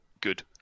good